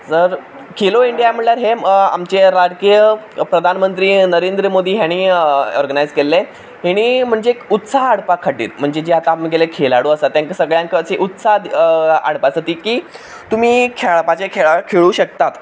तर खेलो इंडिया म्हणल्यार हें आमचें राजकीय प्रधान मंत्री नरेंद्र मोदी हाणी ऑर्गनायज केल्लें तेणीं म्हणचें उत्साह हाडपा खातीर म्हणचे जे आतां आमगेले खेळाडू आसा तेंकां सगळ्यांक उत्साह हाडपा साठी की तुमी खेळपाचे खेळ खेळूं शकतात